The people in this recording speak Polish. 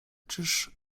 czyż